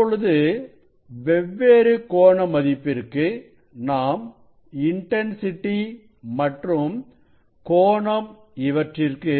இப்பொழுது வெவ்வேறு கோண மதிப்பிற்கு நாம் இன்டன்சிட்டி மற்றும் கோணம் இவற்றிற்கு